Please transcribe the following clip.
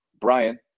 Brian